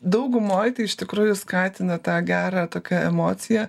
daugumoj tai iš tikrųjų skatina tą gerą tokią emociją